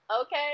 Okay